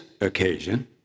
occasion